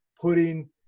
putting